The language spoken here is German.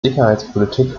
sicherheitspolitik